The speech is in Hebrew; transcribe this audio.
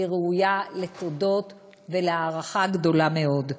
והיא ראויה לתודות ולהערכה גדולה מאוד.